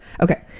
Okay